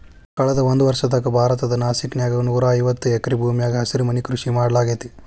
ಕಳದ ಒಂದ್ವರ್ಷದಾಗ ಭಾರತದ ನಾಸಿಕ್ ನ್ಯಾಗ ನೂರಾಐವತ್ತ ಎಕರೆ ಭೂಮ್ಯಾಗ ಹಸಿರುಮನಿ ಕೃಷಿ ಮಾಡ್ಲಾಗೇತಿ